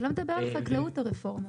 זה לא מדבר על חקלאות הרפורמה.